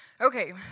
Okay